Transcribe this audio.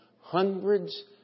hundreds